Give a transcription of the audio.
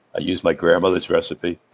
i used my grandmother's recipe,